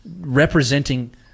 representing